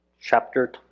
chapter